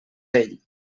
ell